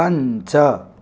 पञ्च